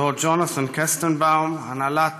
לורד ג'ונתן קסטנבאום, הנהלת